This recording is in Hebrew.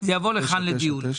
זה יבוא לכאן לדיון.